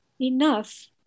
enough